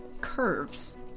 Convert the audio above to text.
curves